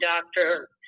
doctor